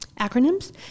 acronyms